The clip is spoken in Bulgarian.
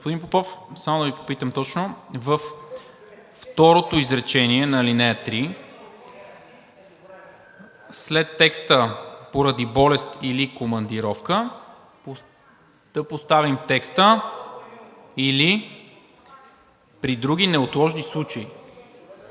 Господин Попов, само да Ви попитам точно. Във второто изречение на ал. 3, след текста „поради болест или командировка“ да поставим текста „или при други неотложни случаи“?